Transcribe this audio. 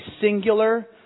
singular